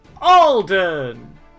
Alden